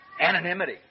Anonymity